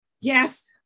yes